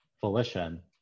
volition